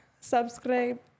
subscribe